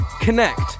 connect